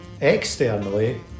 externally